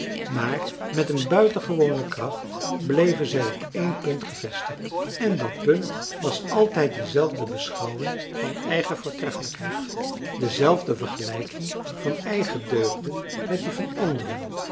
maar met een buitengewone kracht bleven zij op één punt gevestigd en dat punt was altijd dezelfde beschouwing van eigen voortreffelijkheid dezelfde vergelijking van eigen deugden met die van anderen